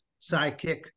sidekick